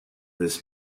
this